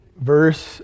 verse